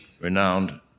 renowned